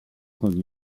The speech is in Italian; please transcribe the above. con